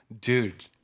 dude